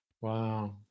Wow